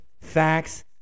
facts